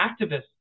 activists